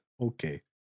okay